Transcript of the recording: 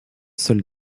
seule